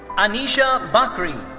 anisha bhakri.